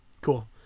Cool